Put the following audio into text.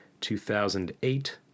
2008